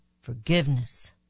forgiveness